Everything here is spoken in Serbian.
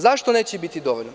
Zašto neće biti dovoljno?